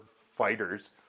fighters